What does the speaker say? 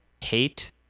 hate